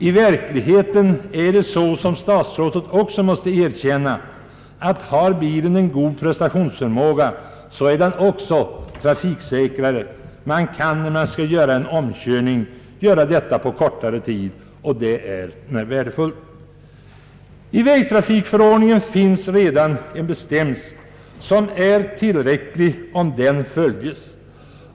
I verkligheten är det så, som också statsrådet måste erkänna, att en bil med god prestationsförmåga är trafiksäkrare. En omkörning kan göras på kortare tid och det är värdefullt. I vägtrafikförordningen finns redan en bestämmelse som är tillräcklig om den följes.